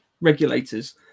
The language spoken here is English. regulators